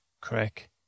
crack